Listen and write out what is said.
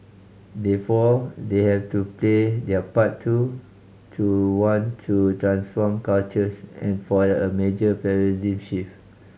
therefore they have to play their part too to want to transform cultures and for a major paradigm shift